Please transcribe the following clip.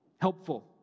helpful